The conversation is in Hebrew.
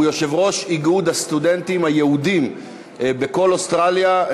והוא יושב-ראש איגוד הסטודנטים היהודים בכל אוסטרליה,